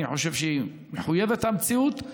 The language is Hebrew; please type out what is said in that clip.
אני חושב שהיא מחויבת המציאות.